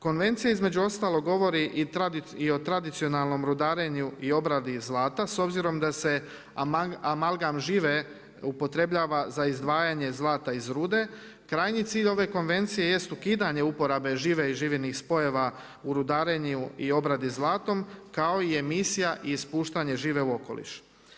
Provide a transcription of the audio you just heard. Konvencija između ostalog govori i o tradicionalnom rudarenju i obradi zlata, s obzirom da se amalgan žive upotrebljava za izdvajanje zlata iz rude, krajnji cilj ove Konvencije jest ukidanje uporabe žive i živinih spojeva u rudarenju i obradi zlatom kao i emisija ispuštanja žive u okoliš.